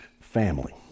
family